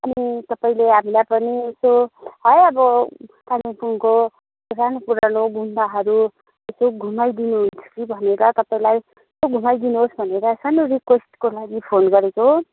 अनि तपाईँले हामीलाई पनि यसो है अब कालिम्पोङको पुरानो पुरानो गुम्बाहरू यसो घुमाइदिनुहुन्छ कि भनेर तपाईँलाई घुमाई दिनुहोस् भनेर सानो रिक्वेस्टको लागि फोन गरेको